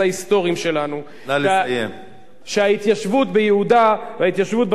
שההתיישבות ביהודה וההתיישבות בשומרון היא בזכות ולא בחסד,